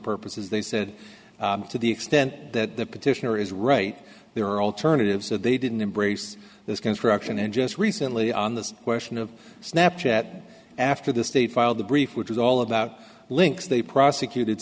purposes they said to the extent that the petitioner is right there are alternatives that they didn't embrace this construction and just recently on the question of snap chat after the state filed the brief which is all about links they prosecuted